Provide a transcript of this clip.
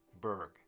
Berg